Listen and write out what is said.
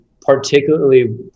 particularly